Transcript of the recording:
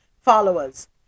followers